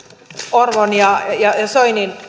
orvon ja ja soinin